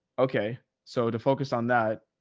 okay. so to focus on that